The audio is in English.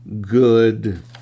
good